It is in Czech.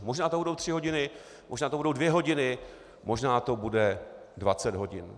Možná to budou tři hodiny, možná to budou dvě hodiny, možná to bude 20 hodin.